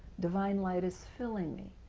divine light is filling me.